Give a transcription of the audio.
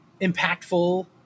impactful